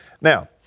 Now